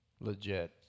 Legit